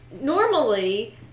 normally